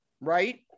right